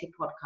podcast